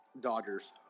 Dodgers